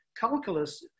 Calculus